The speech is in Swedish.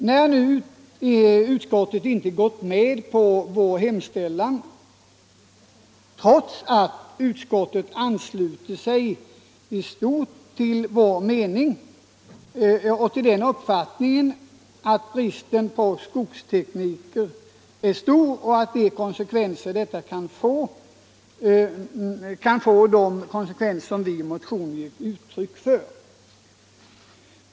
Utskottet har emellertid inte gått med på vår hemställan, trots att utskottet ansluter sig till uppfattningen att det råder stor brist på skogstekniker och att detta kan få de konsekvenser som vi påtalat i motionen.